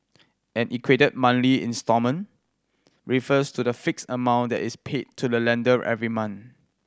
an equated monthly instalment refers to the fixed amount that is paid to the lender every month